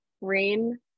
rain